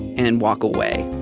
and walk away.